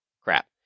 crap